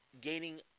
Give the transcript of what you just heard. gaining